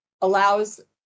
allows